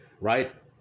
right